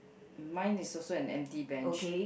mine is also an empty bench